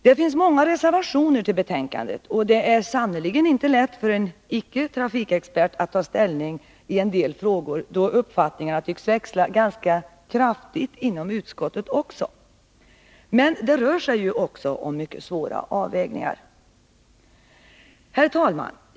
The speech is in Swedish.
Det finns många reservationer till betänkandet, och det är sannerligen inte lätt för en icke trafikexpert att ta ställning i en del frågor, då uppfattningarna tycks växla ganska kraftigt inom utskottet också. Men det rör sig ju om svåra avvägningar. Herr talman!